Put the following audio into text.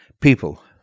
people